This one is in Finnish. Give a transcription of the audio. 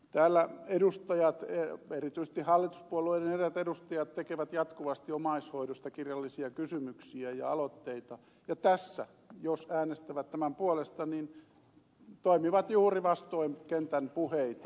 täällä edustajat erityisesti hallituspuolueiden eräät edustajat tekevät jatkuvasti omaishoidosta kirjallisia kysymyksiä ja aloitteita ja tässä jos äänestävät tämän puolesta toimivat juuri vastoin kentän puheitaan